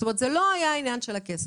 זאת אומרת, זה לא היה עניין של כסף.